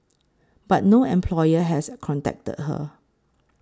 but no employer has contacted her